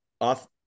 off